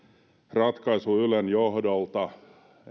ratkaisu ylen johdolta